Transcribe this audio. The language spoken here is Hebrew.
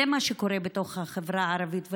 זה מה שקורה בתוך החברה הערבית.